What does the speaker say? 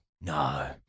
No